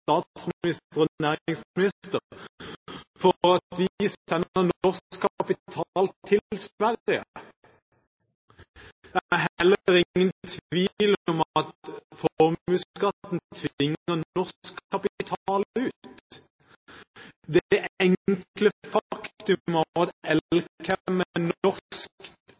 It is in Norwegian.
næringsminister for at vi sender norsk kapital til Sverige. Det er heller ingen tvil om at formuesskatten tvinger norsk kapital ut. Det enkle faktum at